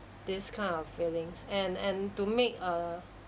this kind of feelings and and to make err